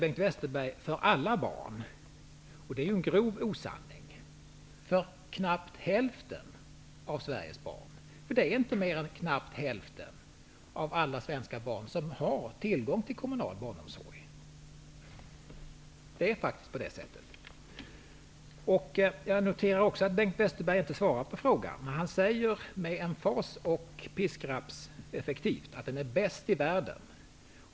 Bengt Westerberg säger: Barnomsorg för alla barn! Det är en grov osanning. Knappt hälften av Sveriges barn har tillgång till kommunal barnom sorg -- det är faktiskt så. Jag noterar också att Bengt Westerberg inte svarar på frågan. Han säger med emfas och pisk rappseffektivt att den svenska barnomsorgen är bäst i världen.